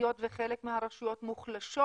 היות שחלק מהרשויות מוחלשות,